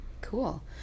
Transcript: cool